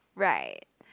right